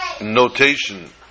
notation